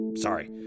Sorry